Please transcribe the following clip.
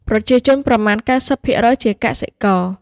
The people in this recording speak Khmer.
ប្រជាជនប្រមាណ ៩០% ជាកសិករ។